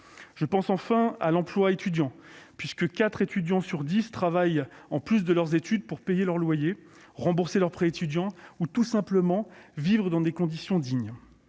Je pense, enfin, à l'emploi étudiant, puisque quatre étudiants sur dix travaillent en plus de leurs études pour payer leur loyer, rembourser leur prêt étudiant ou tout simplement vivre dans des conditions dignes.